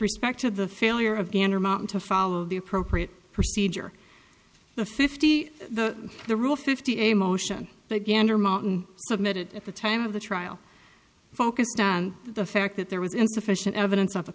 respect to the failure of gander mountain to follow the appropriate procedure the fifty the the rule fifty a motion to gander mountain submitted at the time of the trial focused on the fact that there was insufficient evidence